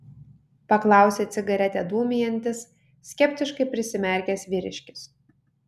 paklausė cigaretę dūmijantis skeptiškai prisimerkęs vyriškis